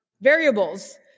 variables